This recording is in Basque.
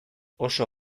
oso